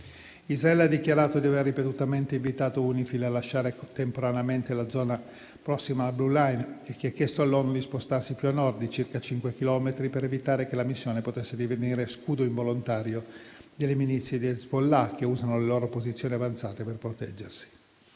Israele ha dichiarato di aver ripetutamente invitato UNIFIL a lasciare temporaneamente la zona prossima alla *blue line* e di aver chiesto all'ONU di spostarsi più a Nord di circa 5 chilometri per evitare che la missione potesse divenire scudo involontario delle milizie di Hezbollah, che usano le loro posizioni avanzate per proteggersi.